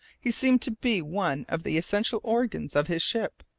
he seemed to be one of the essential organs of his ship,